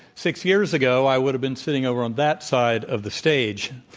six years ago i would've been sitting over on that side of the stage